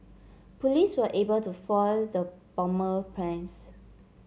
police were able to foil the plans